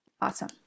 awesome